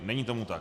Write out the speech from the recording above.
Není tomu tak.